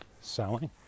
selling